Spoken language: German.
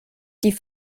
die